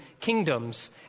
kingdoms